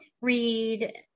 read